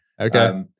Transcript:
Okay